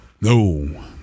No